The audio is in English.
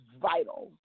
vital